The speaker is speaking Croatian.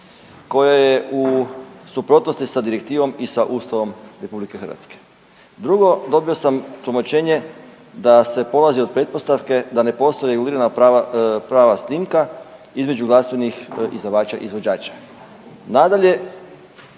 koja je u suprotnosti sa direktivom i sa Ustavom RH. Drugo, dobio sam tumačenje da se polazi od pretpostavke da ne postoje regulirana prava, prava snimka između glazbenih izdavača i izvođača. Nadalje,